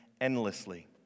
endlessly